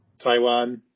Taiwan